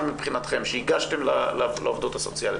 מבחינתכם שהגשתם לעובדות הסוציאליות?